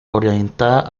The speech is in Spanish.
orientada